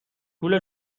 پول